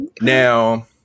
Now